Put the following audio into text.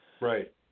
Right